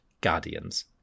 guardians